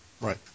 Right